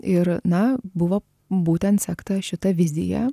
ir na buvo būtent sekta šita vizija